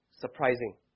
surprising